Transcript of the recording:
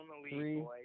three